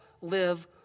live